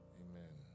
amen